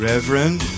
Reverend